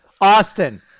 austin